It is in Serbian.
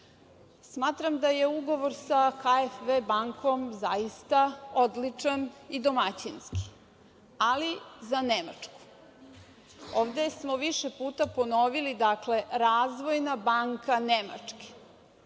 da je ugovor sa KfW bankom zaista odličan i domaćinski, ali za Nemačku. Ovde smo više puta ponovili, dakle, Razvojna banka Nemačke,